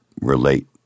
relate